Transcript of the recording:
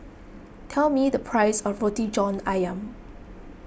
tell me the price of Roti John Ayam